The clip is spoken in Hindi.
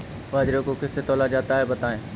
बाजरे को किससे तौला जाता है बताएँ?